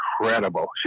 incredible